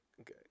okay